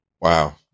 wow